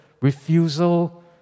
refusal